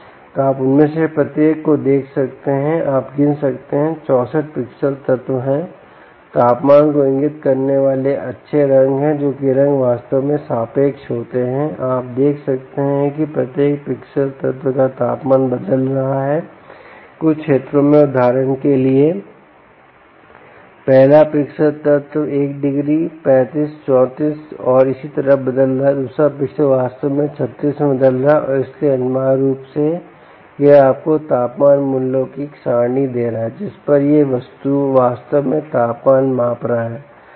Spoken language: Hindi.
तो आप उनमें से प्रत्येक को देख सकते हैं कि आप गिन सकते हैं 64 पिक्सेल तत्व हैं तापमान को इंगित करने वाले अच्छे रंग हैं जो कि रंग वास्तव में सापेक्ष होते हैं आप देख सकते हैं कि प्रत्येक पिक्सेल तत्व का तापमान बदल रहा है कुछ क्षेत्रों में उदाहरण के लिए पहला पिक्सेल तत्व 1 डिग्री 35 34 और इसी तरह बदल रहा है दूसरा पिक्सेल तत्व वास्तव में 36 में बदल रहा है और इसलिए अनिवार्य रूप से यह आपको तापमान मूल्यों की एक सरणी दे रहा है जिस पर यह वास्तव में तापमान माप रहा है